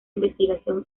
investigación